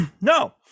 No